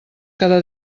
cada